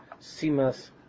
simas